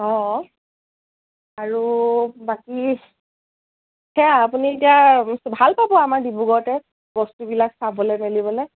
অঁ অঁ আৰু বাকী সেয়া আপুনি এতিয়া ভাল পাব আমাৰ ডিব্ৰুগড়তে বস্তুবিলাক চাবলে মেলিবলৈ